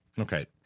okay